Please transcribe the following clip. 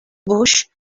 bush